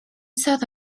south